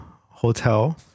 hotel